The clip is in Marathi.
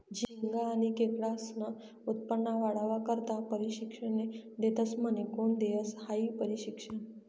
झिंगा आनी खेकडास्नं उत्पन्न वाढावा करता परशिक्षने देतस म्हने? कोन देस हायी परशिक्षन?